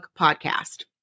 podcast